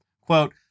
Quote